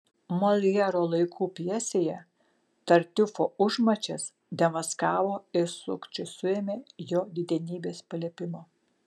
moljero laikų pjesėje tartiufo užmačias demaskavo ir sukčių suėmė jo didenybės paliepimu